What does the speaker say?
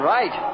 Right